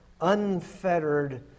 unfettered